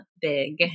big